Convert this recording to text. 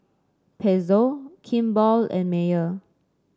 Pezzo Kimball and Mayer